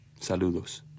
Saludos